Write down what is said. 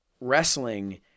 wrestling